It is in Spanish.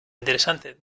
interesante